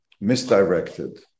misdirected